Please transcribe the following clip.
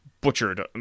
butchered